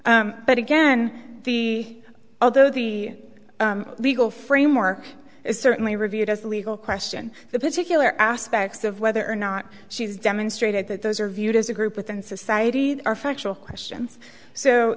but again he although the legal framework is certainly reviewed as a legal question the particular aspects of whether or not she's demonstrated that those are viewed as a group within society are factual questions so